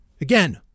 Again